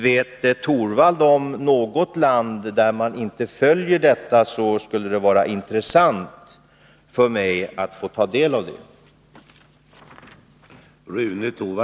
Om Rune Torwald vet något land som inte följer dessa regler, skulle det vara intressant för mig att få ta del av denna uppgift.